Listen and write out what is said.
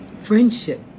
friendship